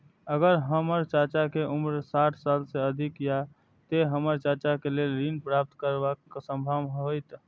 अगर हमर चाचा के उम्र साठ साल से अधिक या ते हमर चाचा के लेल ऋण प्राप्त करब संभव होएत?